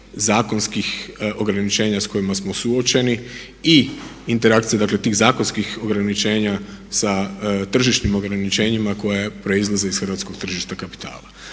zakonskih ograničenja s kojima smo suočeni i interakcije dakle tih zakonskih ograničenja sa tržišnim ograničenjima koja proizlaze iz hrvatskog tržišta kapitala.